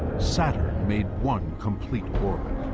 saturn made one complete orbit.